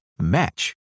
match